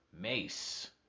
mace